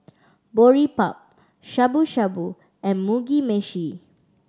Boribap Shabu Shabu and Mugi Meshi